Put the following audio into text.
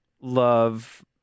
love